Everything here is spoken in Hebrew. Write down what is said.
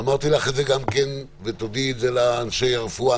אמרתי לך ותודיעי לאנשי הרפואה,